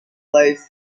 flights